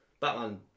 Batman